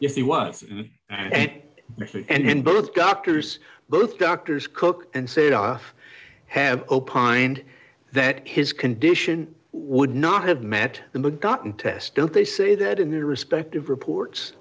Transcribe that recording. yes he was and both doctors both doctors cook and set off have opined that his condition would not have met the mood gotten test don't they say that in their respective reports